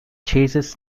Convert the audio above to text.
chases